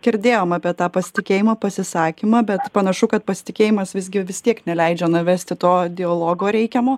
girdėjom apie tą pasitikėjimo pasisakymą bet panašu kad pasitikėjimas visgi vis tiek neleidžia na vesti to dialogo reikiamo